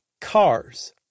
Cars